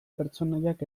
pertsonaiak